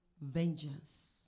vengeance